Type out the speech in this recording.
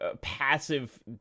passive